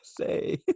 say